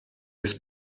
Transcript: his